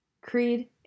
Creed